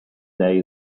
day